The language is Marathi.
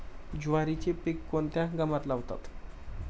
ज्वारीचे पीक कोणत्या हंगामात लावतात?